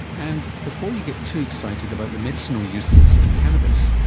and before you get too excited about the medicinal uses of cannabis,